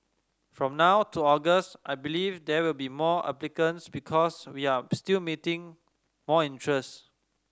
from now to August I believe there will be more applicants because we are still meeting more interest